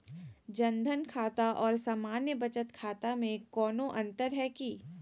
जन धन खाता और सामान्य बचत खाता में कोनो अंतर है की?